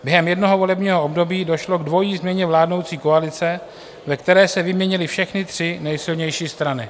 Během jednoho volebního období došlo k dvojí změně vládnoucí koalice, ve které se vyměnily všechny tři nejsilnější strany.